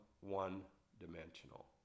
one-dimensional